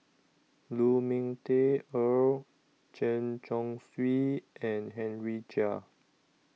Lu Ming Teh Earl Chen Chong Swee and Henry Chia